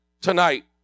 tonight